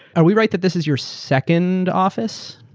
are we right that this is your second office?